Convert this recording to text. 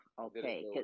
okay